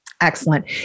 Excellent